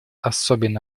особенно